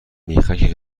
میخک